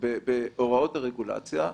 בהוראות הרגולציה,